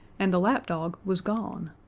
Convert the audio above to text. and the lapdog was gone!